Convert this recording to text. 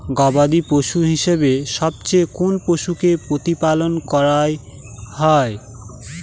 গবাদী পশু হিসেবে সবচেয়ে কোন পশুকে প্রতিপালন করা হয়?